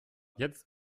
jetzt